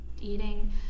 eating